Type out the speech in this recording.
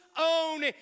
own